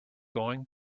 going